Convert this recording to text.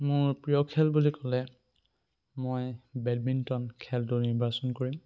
মোৰ প্ৰিয় খেল বুলি ক'লে মই বেডমিণ্টন খেলটো নিৰ্বাচন কৰিম